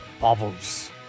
bubbles